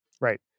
Right